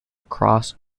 cross